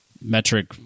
metric